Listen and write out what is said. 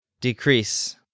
Decrease